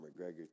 McGregor